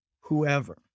whoever